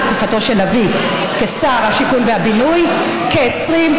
בתקופתו של אבי כשר הבינוי והשיכון,